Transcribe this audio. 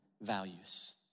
values